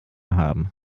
haben